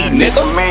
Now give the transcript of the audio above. nigga